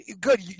good